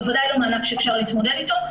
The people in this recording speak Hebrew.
בוודאי לא מענק שאפשר להתמודד איתו.